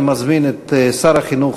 אני מזמין את שר החינוך,